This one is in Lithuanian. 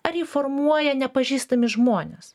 ar jį formuoja nepažįstami žmonės